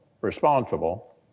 responsible